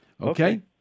Okay